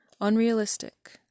unrealistic